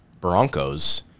Broncos